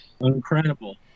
incredible